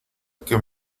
que